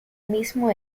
mismo